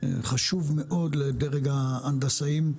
חשוב מאוד לדרג את ההנדסאים,